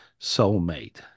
soulmate